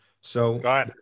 So-